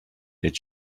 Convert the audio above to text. that